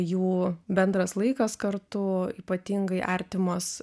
jų bendras laikas kartu ypatingai artimos